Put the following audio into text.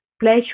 pleasure